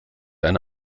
eine